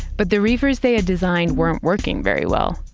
but the reefers they had designed weren't working very well.